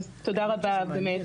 תודה רבה באמת,